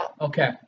Okay